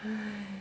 !hais!